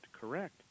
correct